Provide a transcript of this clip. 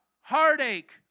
heartache